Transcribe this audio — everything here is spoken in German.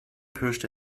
pirschte